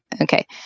Okay